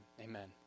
amen